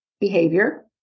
behavior